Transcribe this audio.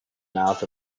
mouth